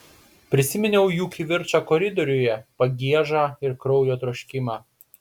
prisiminiau jų kivirčą koridoriuje pagiežą ir kraujo troškimą